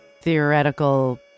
theoretical